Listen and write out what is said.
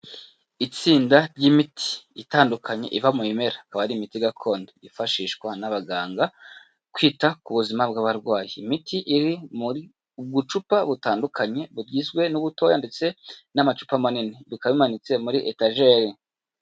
Itsinda ry'imiti itandukanye iva mu bimera, ikaba ari imiti gakondo, yifashishwa n'abaganga kwita ku buzima bw'abarwayi, imiti iri mu bucupa butandukanye, bugizwe n'ubutoya ndetse n'amacupa manini bikaba bimanitse muri etageri.